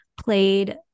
played